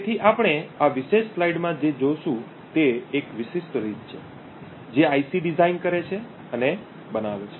તેથી આપણે આ વિશેષ સ્લાઇડમાં જે જોશું તે એક વિશિષ્ટ રીત છે જે IC ડિઝાઇન કરે છે અને બનાવે છે